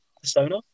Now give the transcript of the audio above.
persona